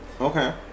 Okay